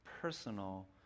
personal